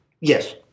Yes